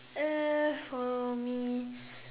uh for me